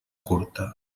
curta